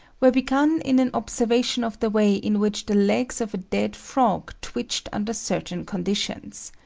were begun in an observation of the way in which the legs of a dead frog twitched under certain conditions.